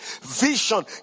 vision